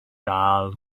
dal